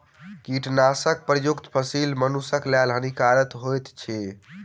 कीटनाशक प्रयुक्त फसील मनुषक लेल हानिकारक होइत अछि